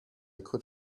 could